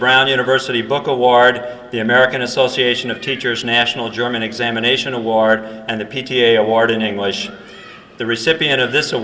brown university book award the american association of teachers national german examination award and the p t a award in english the recipient of this